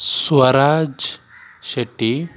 Swaraj Shetty